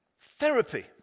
therapy